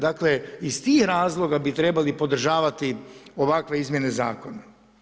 Dakle, iz tih razloga bi trebali podržavati ovakve izmjene zakona.